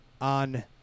on